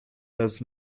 does